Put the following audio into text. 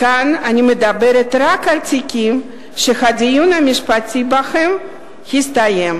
כאן אני מדברת רק על תיקים שהדיון המשפטי בהם הסתיים